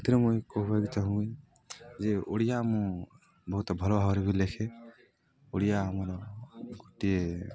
ସେଥିରେ ମୁଇଁ କହିବାକୁ ଚାହୁଁ ଯେ ଓଡ଼ିଆ ମୁଁ ବହୁତ ଭଲ ଭାବରେ ବି ଲେଖେ ଓଡ଼ିଆ ଆମର ଗୋଟିଏ